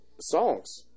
Songs